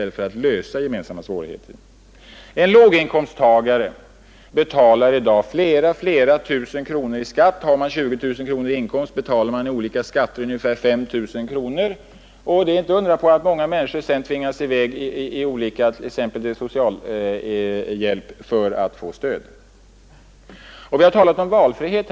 En låginkomsttagare betalar i dag flera tusen kronor i skatt. Om han har 20 000 kronor i inkomst, betalar han i olika skatter ungefär 5 000 kronor. Det är inte att undra på att många människor tvingas söka t.ex. socialhjälp. Vi har tidigare talat om valfrihet.